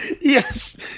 yes